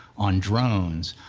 on drones,